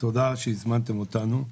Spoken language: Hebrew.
תודה שהזמנתם אותנו.